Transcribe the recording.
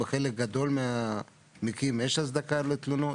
בחלק גדול מהמקרים יש הצדקה לתלונות.